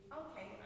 okay